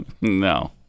No